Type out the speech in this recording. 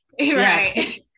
Right